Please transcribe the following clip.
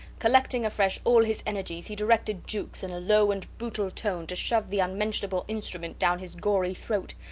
collecting afresh all his energies, he directed jukes in a low and brutal tone to shove the unmentionable instrument down his gory throat.